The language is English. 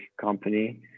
company